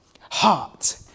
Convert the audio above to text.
Heart